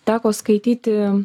teko skaityti